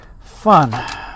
fun